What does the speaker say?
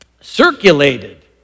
circulated